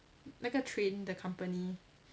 那个 train 的 company